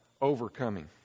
overcoming